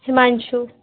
Himanshu